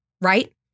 right